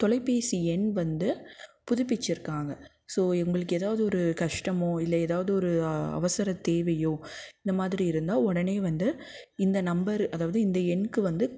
தொலைபேசி எண் வந்து புதுப்பிச்சிருக்காங்க ஸோ இவங்களுக்கு எதாவது ஒரு கஷ்டமோ இல்லை எதாவது ஒரு அவசரத் தேவையோ இந்த மாதிரி இருந்தால் உடனே வந்து இந்த நம்பரு அதாவது இந்த எண்ணுக்கு வந்து